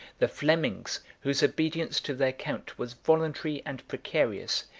the flemings, whose obedience to their count was voluntary and precarious,